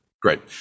Great